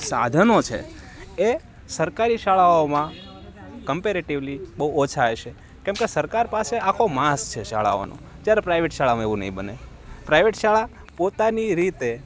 સાધનો છે એ સરકારી શાળાઓમાં કમ્પેરેટિવલી બહુ ઓછા હશે કેમ કે સરકાર પાસે આખો માસ છે શાળાઓનો જ્યારે પ્રાઇવેટ શાળાઓમાં એવું નહીં બને પ્રાઇવેટ શાળા પોતાની રીતે